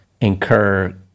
incur